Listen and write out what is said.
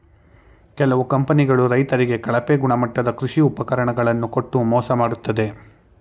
ಕೆಲವು ಕಂಪನಿಗಳು ರೈತರಿಗೆ ಕಳಪೆ ಗುಣಮಟ್ಟದ ಕೃಷಿ ಉಪಕರಣ ಗಳನ್ನು ಕೊಟ್ಟು ಮೋಸ ಮಾಡತ್ತದೆ